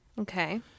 Okay